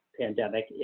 pandemic